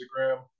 Instagram